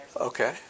Okay